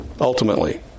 ultimately